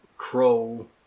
Crow